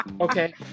Okay